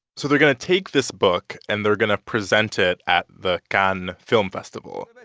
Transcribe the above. so they're going to take this book, and they're going to present it at the cannes film festival.